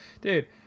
Dude